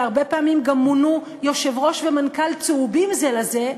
והרבה פעמים גם מונו יושב-ראש ומנכ"ל צהובים זה לזה,